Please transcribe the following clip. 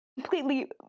completely